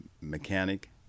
mechanic